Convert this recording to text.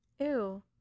Ew